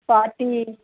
forty